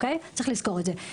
וצריך לזכור את זה.